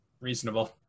Reasonable